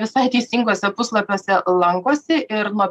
visai teisingose puslapiuose lankosi ir nuo